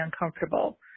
uncomfortable